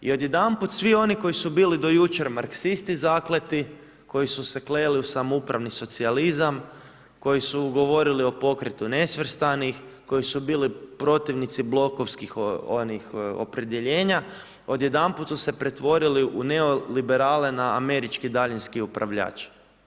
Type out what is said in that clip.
I odjedanput svi oni koji su bili do jučer marksisti zakleti, koji su se kleli u samoupravni socijalizam, koji su govorili o pokretu nesvrstanih, koji su bili protivnici blokovskih opredjeljenja, odjedanput su se pretvorili u neoliberalne na američki daljanski upravljač.